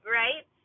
right